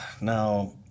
now